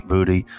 Booty